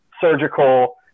surgical